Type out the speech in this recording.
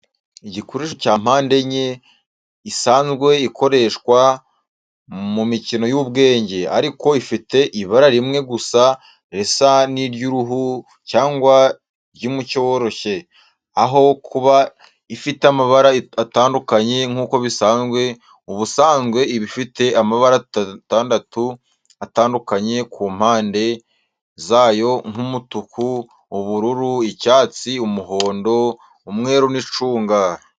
Igikoresho cya mpande enye isanzwe ikoreshwa mu mikino y’ubwenge, ariko ifite ibara rimwe gusa risa n’iry'uruhu cyangwa ry'umucyo woroshye, aho kuba ifite amabara atandukanye nk'uko bisanzwe. Ubusanzwe iba ifite amabara atandatu atandukanye ku mpande zayo nk'umutuku, ubururu, icyatsi, umuhondo, umweru n'icunga.